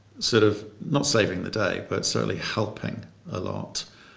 sort of not saving the day, but certainly helping a lot.